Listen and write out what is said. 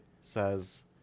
says